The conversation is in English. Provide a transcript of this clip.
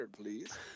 please